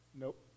Nope